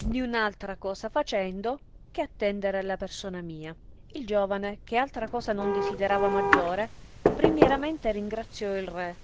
niun altra cosa facendo che attendere alla persona mia il giovane che altra cosa non desiderava maggiore primieramente ringraziò il re